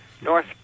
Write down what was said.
North